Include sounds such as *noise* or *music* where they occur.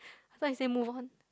*breath* so I say move on